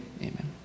Amen